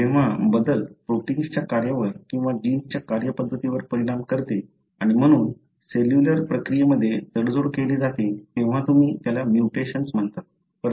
जेव्हा बदल प्रोटिन्सच्या कार्यवर किंवा जीन्सच्या कार्यपद्धतीवर परिणाम करते आणि म्हणून सेल्युलर प्रक्रियेमध्ये तडजोड केली जाते तेव्हा तुम्ही त्याला म्युटेशन्स म्हणता